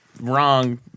wrong